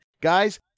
Guys